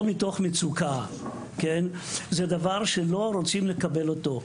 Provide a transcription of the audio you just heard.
מתוך מצוקה זהו דבר שלא רוצים לקבל אותו.